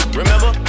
remember